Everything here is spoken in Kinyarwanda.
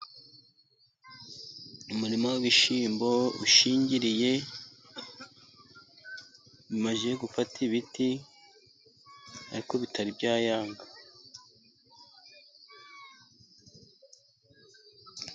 Umurima w'ibishyimbo ushingiriye, bimaze gufata ibiti ariko bitari byayanga.